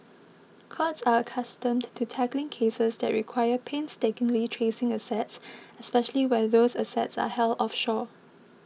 courts are accustomed to tackling cases that require painstakingly tracing assets especially where those assets are held offshore